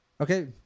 Okay